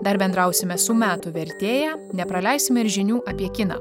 dar bendrausime su metų vertėja nepraleisime ir žinių apie kiną